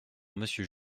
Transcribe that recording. monsieur